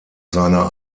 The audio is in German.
seiner